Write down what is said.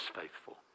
faithful